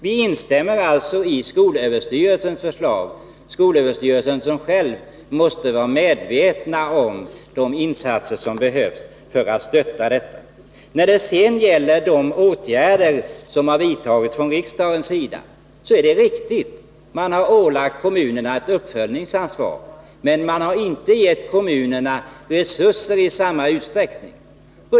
Vi instämmer alltså i förslaget från skolöverstyrelsen, där man måste vara medveten om de insatser som behövs för att stötta invandrareleverna. Vad beträffar de åtgärder som har vidtagits från riksdagens sida, så är det riktigt att man har ålagt kommunerna ett uppföljningsansvar. Men man har inte gett kommunerna resurser i samma utsträckning.